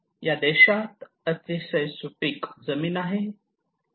या देशात अतिशय सुपीक जमीन आहे